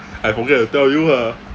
I forget to tell you ah